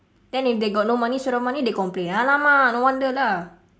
then if they got no money short of money they complain !alamak! no wonder lah